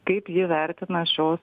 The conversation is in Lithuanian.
kaip ji vertina šios